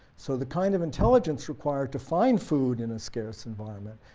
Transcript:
so the kind of intelligence required to find food in a scarce environment,